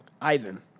Ivan